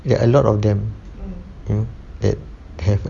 there are a lot of them mm that have